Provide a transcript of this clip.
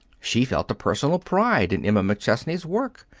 she felt a personal pride in emma mcchesney's work,